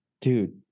Dude